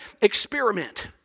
experiment